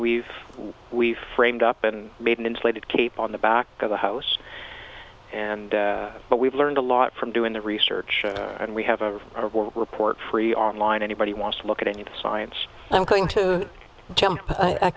we've we framed up and made an insulated cape on the back of the house and what we've learned a lot from doing the research and we have a report free online anybody wants to look at any of the science i'm going to jump i